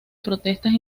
protestas